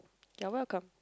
you are welcome